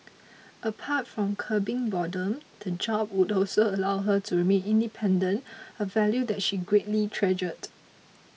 apart from curbing boredom the job would also allow her to remain independent a value that she greatly treasured